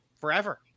forever